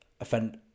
offend